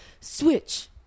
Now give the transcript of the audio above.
Switch